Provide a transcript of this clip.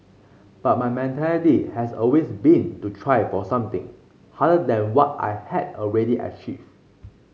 but my mentality has always been to try for something harder than what I had already achieved